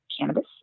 cannabis